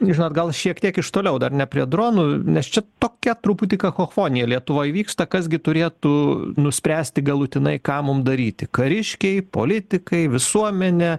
žinot gal šiek tiek iš toliau dar ne prie dronų nes čia tokia truputį kakofonija lietuvoj vyksta kas gi turėtų nuspręsti galutinai ką mum daryti kariškiai politikai visuomenė